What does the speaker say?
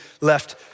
left